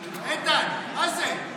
איתן, מה זה?